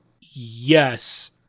yes